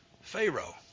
Pharaoh